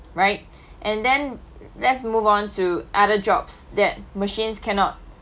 right and then let's move on to other jobs that machines cannot